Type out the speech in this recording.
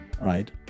right